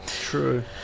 True